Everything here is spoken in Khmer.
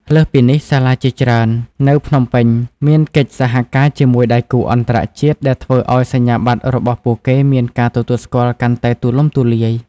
លើសពីនេះ សាលាជាច្រើននៅភ្នំពេញមានកិច្ចសហការជាមួយដៃគូអន្តរជាតិ ដែលធ្វើឱ្យសញ្ញាបត្ររបស់ពួកគេមានការទទួលស្គាល់កាន់តែទូលំទូលាយ។